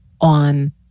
on